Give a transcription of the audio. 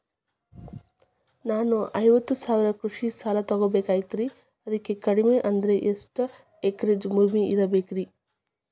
ನಾನು ಐವತ್ತು ಸಾವಿರ ಕೃಷಿ ಸಾಲಾ ತೊಗೋಬೇಕಾಗೈತ್ರಿ ಅದಕ್ ಕಡಿಮಿ ಅಂದ್ರ ಎಷ್ಟ ಎಕರೆ ಭೂಮಿ ಇರಬೇಕ್ರಿ?